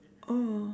oh